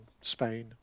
Spain